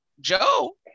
Joe